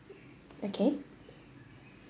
okay